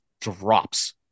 drops